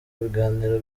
biganiro